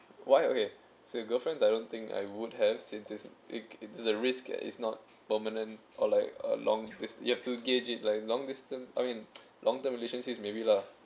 why okay so if girlfriends I don't think I would have since it is a risk and it is not permanent or like a long d~ you have to gauge it like long distance I mean long term relationships maybe lah